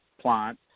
plant